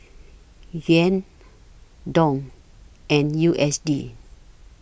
Yuan Dong and U S D